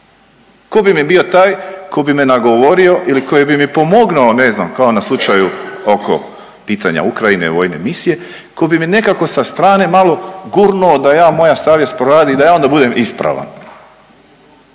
Ko bi mi bio taj ko bi me nagovorio ili koji bi mi pomogao ne znam kao na slučaju oko pitanja Ukrajine vojne misije ko bi mi nekako sa strane malo gurnuo da ja moja savjest proradi i da ja onda budem ispravan.